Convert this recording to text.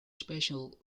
special